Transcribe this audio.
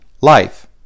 life